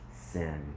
sin